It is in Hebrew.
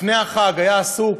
לפני החג היה עסוק